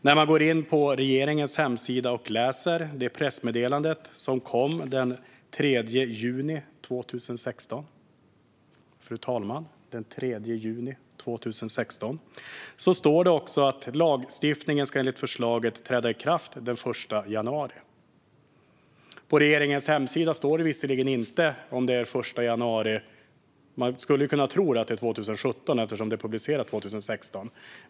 När man går in på regeringens hemsida och läser det pressmeddelande som kom den 3 juni 2016 - den 3 juni 2016, fru talman - ser man att det står att lagstiftningen enligt förslaget ska träda i kraft den 1 januari. På regeringens hemsida står det visserligen inte om det är den 1 januari 2017, vilket man skulle kunna tro, eftersom det är publicerat 2016.